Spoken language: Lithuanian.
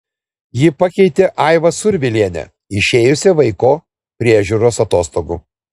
ji pakeitė aivą survilienę išėjusią vaiko priežiūros atostogų